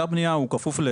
אתר בניה הוא כפוף,